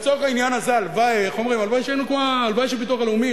לצורך העניין הזה הלוואי שהביטוח הלאומי,